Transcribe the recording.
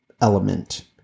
element